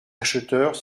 acheteurs